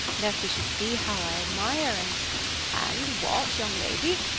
lest he should see how i admire and and what, young lady?